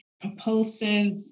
propulsive